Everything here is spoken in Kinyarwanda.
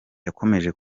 yakomereje